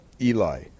Eli